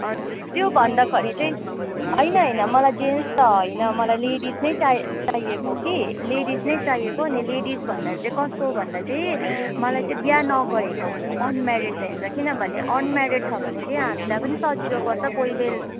हजुर त्यो भन्दाखेरि चाहिँ होइन होइन मलाई जेन्स त होइन मलाई लेडिस नै चाहि चाहिएको कि लेडिस नै चाहिएको अनि लेडिस भन्दा चाहिँ कस्तो भन्दा चाहिँ मलाई चाहिँ बिहे नगरेको अनम्यारिड चाहिन्छ किनभने अनम्यारिड छ भने चाहिँ हामीलाई पनि सजिलो पर्छ कोही बेला